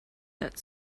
that